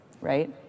right